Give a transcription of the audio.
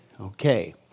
Okay